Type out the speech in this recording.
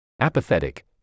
Apathetic